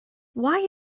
why